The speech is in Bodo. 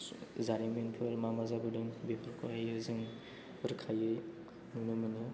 जारिमिनफोर मा मा जाबोदों बेफोरखौहायो जों रोखायै नुनो मोनो